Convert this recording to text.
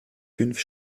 fünf